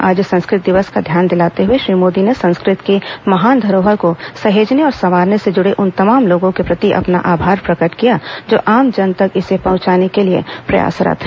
आज संस्कृत दिवस का ध्यान दिलाते हुए श्री मोदी ने संस्कृत की महान धरोहर को सहेजने और संवारने से जुड़े उन तमाम लोगों के प्रति आभार प्रकट किया जो आम जन तक इसे पहंचाने के लिए प्रयासरत हैं